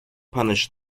punish